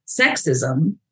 sexism